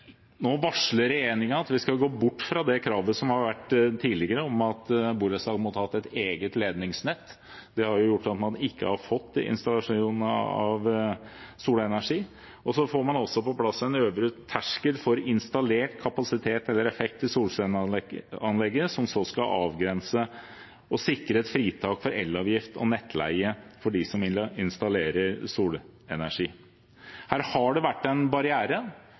varsler nå at vi skal gå bort fra det kravet som har vært tidligere, om at borettslag måtte ha et ledningsnett. Det har jo gjort at man ikke har fått installasjon av solenergi. Man får også på plass en øvre terskel for installert kapasitet eller effekt i solcelleanlegget, som så skal avgrense og sikre et fritak for elavgift og nettleie for dem som vil installere solenergi. Her har det vært en barriere.